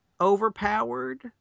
overpowered